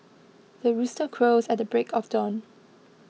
the rooster crows at the break of dawn